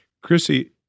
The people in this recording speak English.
Chrissy